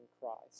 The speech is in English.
Christ